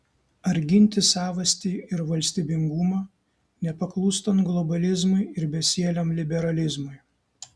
ar ginti savastį ir valstybingumą nepaklūstant globalizmui ir besieliam liberalizmui